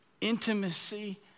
intimacy